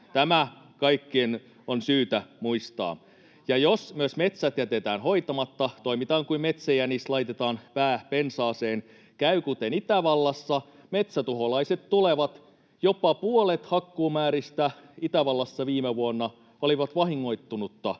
tämä on kaikkien syytä muistaa. Ja jos myös metsät jätetään hoitamatta, toimitaan kuin metsäjänis, laitetaan pää pensaaseen. Käy kuten Itävallassa: metsätuholaiset tulevat. Jopa puolet hakkuumääristä oli Itävallassa viime vuonna vahingoittunutta